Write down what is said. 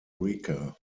rica